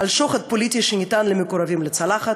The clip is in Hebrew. על שוחד פוליטי שניתן למקורבים לצלחת,